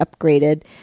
upgraded